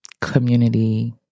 community